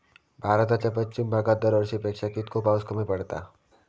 भारताच्या पश्चिम भागात दरवर्षी पेक्षा कीतको पाऊस कमी पडता?